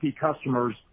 customers